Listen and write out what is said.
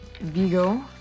Vigo